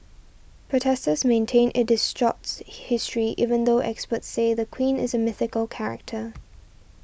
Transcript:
protesters maintain it distorts history even though experts say the queen is a mythical character